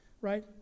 right